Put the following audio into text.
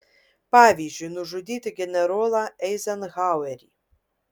pavyzdžiui nužudyti generolą eizenhauerį